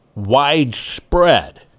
widespread